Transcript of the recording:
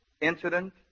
Incident